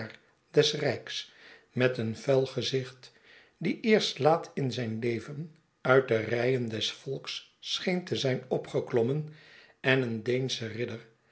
rijks met een vuilgezicht die eerst laat in z'yn leven uit de rijen des volks scheen te zijn opgeklommen en een deenschen ridder